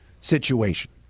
situation